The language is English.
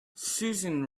susan